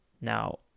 Now